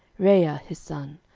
reaia his son,